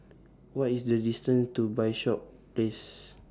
What IS The distance to Bishops Place